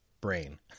brain